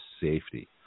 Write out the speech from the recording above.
safety